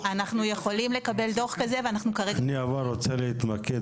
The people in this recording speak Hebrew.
אנחנו יכולים לקבל דוח כזה --- אני רוצה להתמקד